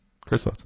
Chris